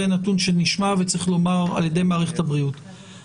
זה נתון שנשמע על ידי מערכת הבריאות וצריך לומר זאת.